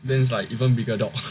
then it's like even bigger dog